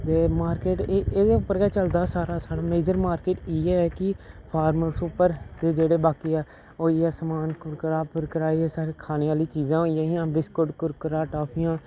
ते मार्किट एह्दे उप्पर गै चलदा सारा साढ़ा मेजर मार्किट इ'यै ऐ कि फारमर्स उप्पर ते जेह्ड़े बाकी होई गेआ समान कुरकुरा फुरकुरा एह् सारियां खाने आह्लिया चीज़ां होई गेइयां बिस्कुट कुरकुरा टाफियां